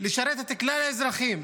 ולשרת את כלל האזרחים.